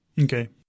Okay